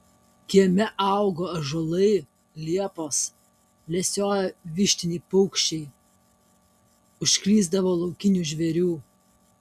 kieme augo ąžuolai liepos lesiojo vištiniai paukščiai užklysdavo laukinių žvėrių